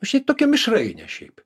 šiaip tokia mišrainė šiaip